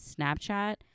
Snapchat